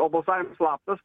o balsavimas slaptas